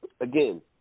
again